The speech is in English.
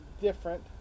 different